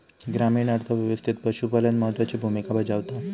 ग्रामीण अर्थ व्यवस्थेत पशुपालन महत्त्वाची भूमिका बजावता